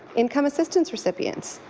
income assistance recipients.